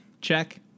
check